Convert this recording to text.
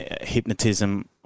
hypnotism